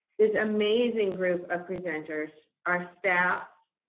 this amazing group of presenters, our staffs,